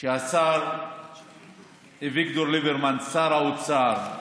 שהשר אביגדור ליברמן, שר האוצר,